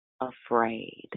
afraid